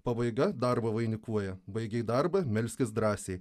pabaiga darbą vainikuoja baigei darbą melskis drąsiai